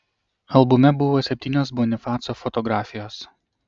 albume buvo septynios bonifaco fotografijos